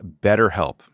BetterHelp